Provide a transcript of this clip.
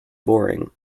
boring